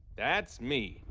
that's me.